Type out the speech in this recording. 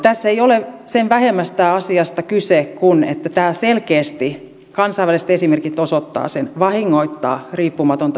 tässä ei ole sen vähemmästä asiasta kyse kuin että tämä selkeästi kansainväliset esimerkit osoittavat sen vahingoittaa riippumatonta tiedonvälitystä